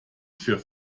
für